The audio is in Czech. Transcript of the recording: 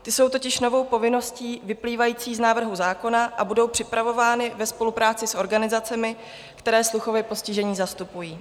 Ty jsou totiž novou povinností vyplývající z návrhu zákona a budou připravovány ve spolupráci s organizacemi, které sluchově postižené zastupují.